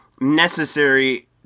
necessary